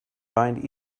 bind